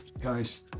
Guys